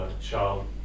child